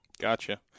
Gotcha